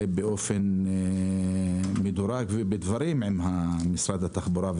באופן מדורג ולבוא בדברים עם משרד התחבורה,